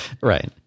Right